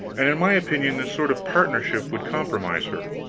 and in my opinion this sort of partnership would compromise her,